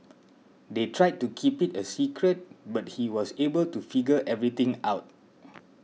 they tried to keep it a secret but he was able to figure everything out